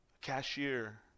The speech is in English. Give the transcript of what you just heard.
cashier